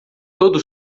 todo